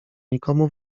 nikomu